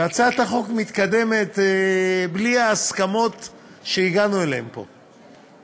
והצעת החוק מתקדמת בלי ההסכמות שהגענו אליהן פה.